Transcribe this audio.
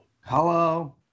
Hello